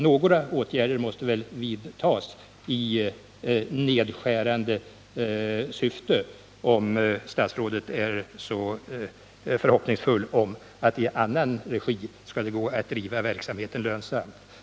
Några åtgärder för att skära ned produktionen måste väl vidtas, när statsrådet nu är så förhoppningsfull och tror att det i annan regim skall gå att göra verksamheten lönsam.